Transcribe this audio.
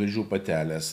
vėžių patelės